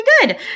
good